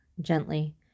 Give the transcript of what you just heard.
gently